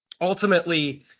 Ultimately